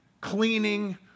cleaning